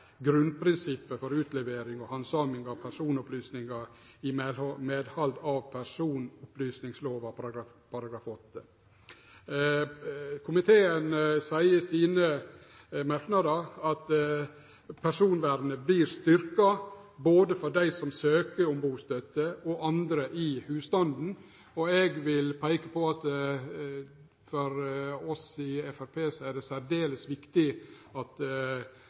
grunnprinsippet for utlevering og handsaming av personopplysningar i medhald av personopplysningslova § 8. Komiteen seier i sine merknader at personvernet vert styrkt både for dei som søkjer om bustøtte, og andre i husstanden. Eg vil peike på at for oss i Framstegspartiet er det særdeles viktig at